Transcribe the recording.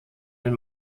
den